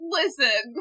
listen